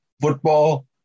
football